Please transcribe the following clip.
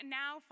now